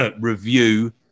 review